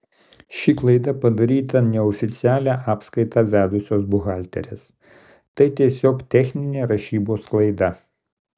ši klaida padaryta neoficialią apskaitą vedusios buhalterės tai tiesiog techninė rašybos klaida